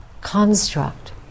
construct